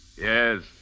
Yes